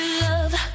love